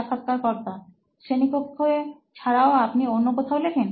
সাক্ষাৎকারকর্তা শ্রেণীকক্ষে ছাড়াও আপনি অন্য কোথাও লেখেন